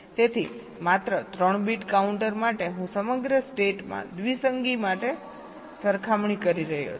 તેથી માત્ર 3 bit counter માટે હું સમગ્ર સ્ટેટમાં દ્વિસંગી માટે સરખામણી કરી રહ્યો છું